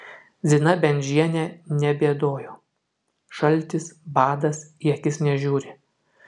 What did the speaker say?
zina bendžienė nebėdojo šaltis badas į akis nežiūri